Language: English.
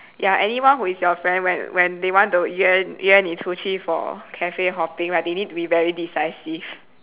ya anyone who is your friend when when they want to 约你出去 for cafe hopping right they need to be very decisive